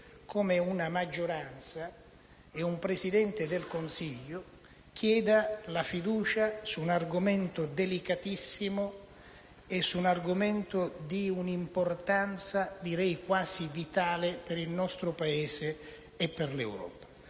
come una maggioranza e un Presidente del Consiglio chiedano la fiducia su un argomento delicatissimo, di un'importanza direi quasi vitale per il nostro Paese e per l'Europa,